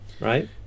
right